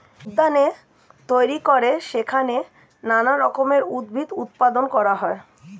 উদ্যানে তৈরি করে সেইখানে নানান রকমের উদ্ভিদ উৎপাদন করা হয়